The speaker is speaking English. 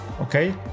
Okay